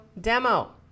demo